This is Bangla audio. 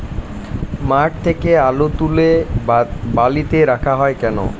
মাঠ থেকে আলু তুলে বালিতে রাখা হয় কেন?